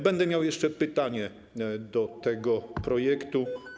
Będę miał jeszcze pytanie do tego projektu.